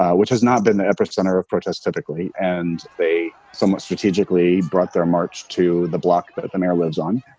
um which has not been the epicenter of protests typically and they somewhat strategically brought their march to the block. but the mayor lives on.